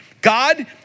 God